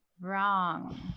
Wrong